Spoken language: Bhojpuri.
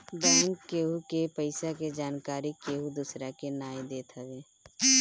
बैंक केहु के पईसा के जानकरी केहू दूसरा के नाई देत हवे